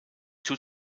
tut